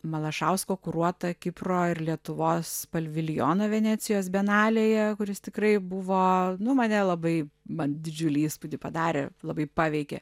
malašausko kuruotą kipro ir lietuvos paviljoną venecijos bienalėje kuris tikrai buvo nu mane labai man didžiulį įspūdį padarė labai paveikė